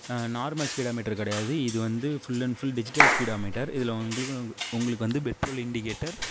normal speedometer கிடையாது இது வந்து full and full digital speedometer இதில் உங்களுக்கும் உங்களுக்கு வந்து பெட்ரோல் இண்டிகேட்டர்